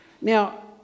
Now